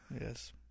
Yes